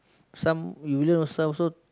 some you learn yourself also